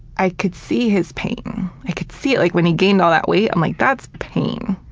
i could see his pain. i could see it. like when he gained all that weight? like that's pain.